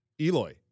Eloy